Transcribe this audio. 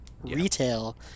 retail